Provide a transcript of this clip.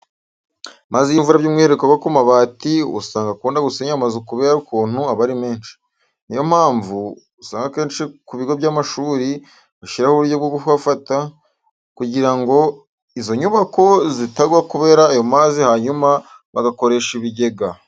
Amazi y'imvura by'umwihariko agwa ku mabati, usanga akunda gusenya amazu kubera ukuntu aba ari menshi. Niyo mpamvu, usanga akenshi ku bigo by'amashuri bashyiraho uburyo bwo kuyafata kugira ngo izo nyubako zitazagwa kubera ayo mazi hanyuma bagakoresha ibigega.